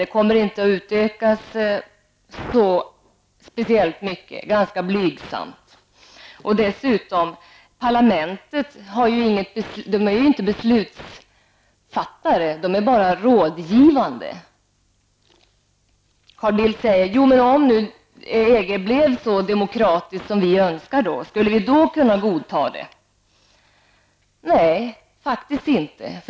Det kommer inte att utökas speciellt mycket, ganska blygsamt. Dessutom är ju parlamentet inte beslutsfattande, utan bara rådgivande. Carl Bildt frågar: Om EG blev så demokratiskt som vi önskar, skulle vi då kunna godta det? Nej, faktiskt inte.